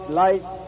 light